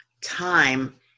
time